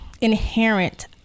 inherent